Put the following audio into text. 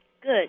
Good